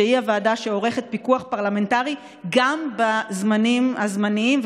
שהיא הוועדה שעורכת פיקוח פרלמנטרי גם בזמנים הזמניים.